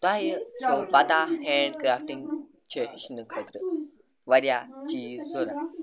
تۄہہِ چھَو پَتہ ہینٛڈ کرٛافٹِنٛگ چھِ ہیٚچھنہٕ خٲطرٕ واریاہ چیٖز ضوٚرَتھ